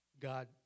God